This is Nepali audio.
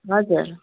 हजुर